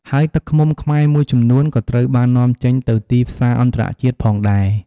ហើយទឹកឃ្មុំខ្មែរមួយចំនួនក៏ត្រូវបាននាំចេញទៅទីផ្សារអន្តរជាតិផងដែរ។